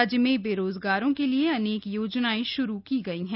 राज्य में बेरोजगारों के लिए अनेक योजनाएं शुरू की गई हैं